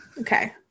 Okay